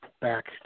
back